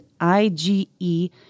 IgE